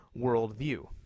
worldview